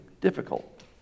difficult